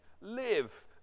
live